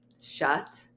shut